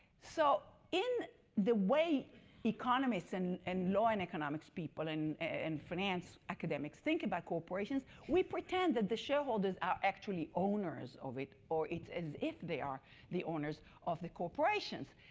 so in the way economists and and law in economics people and finance academics think about corporations. we pretend that the shareholders are actually owners of it, or it's as if they are the owners of the corporations.